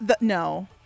No